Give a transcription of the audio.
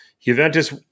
Juventus